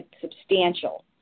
substantial